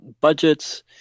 budgets